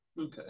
okay